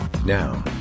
Now